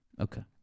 Okay